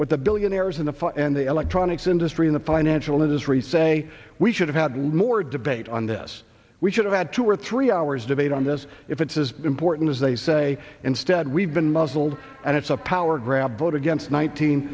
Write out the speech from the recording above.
what the billionaires in the fall and the electronics industry in the financial industry say we should have had more debate on this we should have had two or three hours debate on this if it's as important as they say instead we've been muzzled and it's a power grab vote against one te